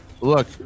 look